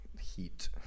heat